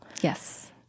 Yes